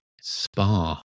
spa